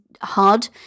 hard